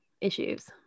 issues